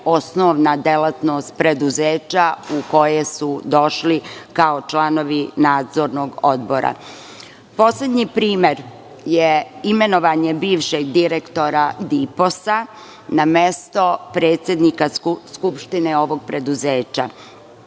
osnovna delatnost preduzeća u koje su došli, kao članovi nadzornog odbora. Poslednji primer je imenovanje bivšeg direktora … na mesto predsednika skupštine ovog preduzeća.